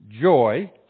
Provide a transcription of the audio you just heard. joy